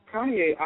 Kanye